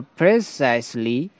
precisely